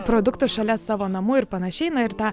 produktų šalia savo namų ir panašiai ir tą